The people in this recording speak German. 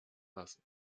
lassen